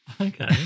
okay